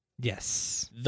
Yes